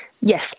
Yes